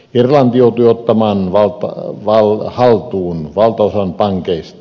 irlanti joutui ottamaan haltuun valtaosan pankeista